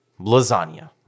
lasagna